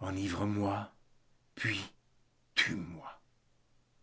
enivre moi puis tue-moi